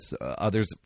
Others